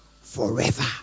forever